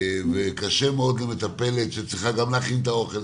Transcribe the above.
וקשה מאוד למטפלת שצריכה גם להכין את האוכל,